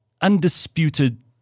undisputed